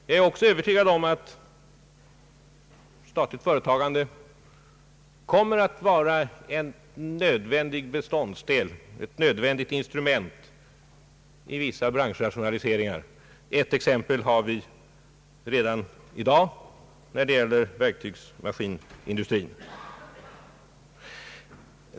Jag är också övertygad om att statligt företagande kommer att vara ett nödvändigt instrument vid = vissa branschrationaliseringar; ett exempel har vi redan i dag när det gäller verktygsmaskinindustrin.